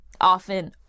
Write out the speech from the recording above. often